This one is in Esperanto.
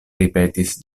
ripetis